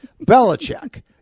Belichick